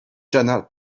jana